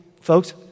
folks